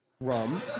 rum